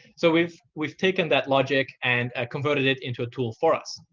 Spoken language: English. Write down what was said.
so we've we've taken that logic and ah converted it into a tool for us.